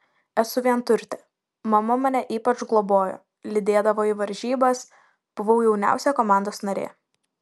esu vienturtė mama mane ypač globojo lydėdavo į varžybas buvau jauniausia komandos narė